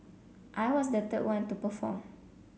I was the third one to perform